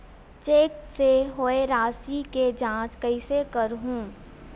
Cheque से होए राशि के जांच कइसे करहु?